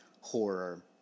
horror